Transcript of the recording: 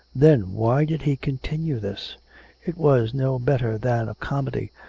then, why did he continue this it was no better than a comedy,